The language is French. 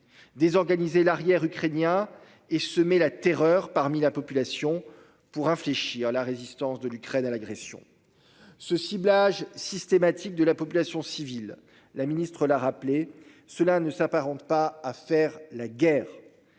Désorganisé l'arrière-ukrainien et semer la terreur parmi la population pour infléchir la résistance de l'Ukraine à l'agression. Ce ciblage systématique de la population civile. La ministre la rappeler cela ne s'apparente pas à faire la guerre.